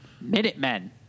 Minutemen